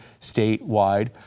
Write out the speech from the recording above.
statewide